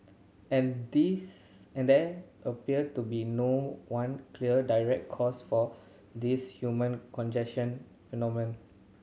and these and there appear to be no one clear direct cause for this human congestion phenomenon